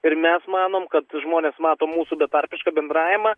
ir mes manom kad žmonės mato mūsų betarpišką bendravimą